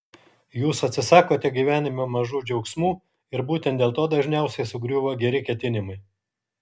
jūs atsisakote gyvenime mažų džiaugsmų ir būtent dėl to dažniausiai sugriūva geri ketinimai